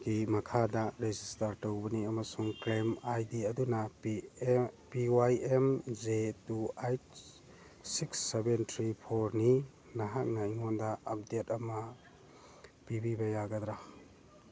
ꯒꯤ ꯃꯈꯥꯗ ꯔꯦꯖꯤꯁꯇꯥꯔ ꯇꯧꯒꯅꯤ ꯑꯃꯁꯨꯡ ꯀ꯭ꯂꯦꯝ ꯑꯥꯏ ꯗꯤ ꯑꯗꯨꯅ P Y M J two eight six seven three ꯐꯣꯔꯅꯤ ꯅꯍꯥꯛꯅ ꯑꯩꯉꯣꯟꯗ ꯑꯞꯗꯦꯠ ꯑꯃ ꯄꯤꯕꯤꯕ ꯌꯥꯒꯗ꯭ꯔꯥ